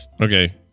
okay